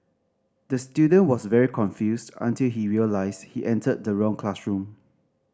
the student was very confused until he realised he entered the wrong classroom